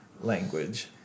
language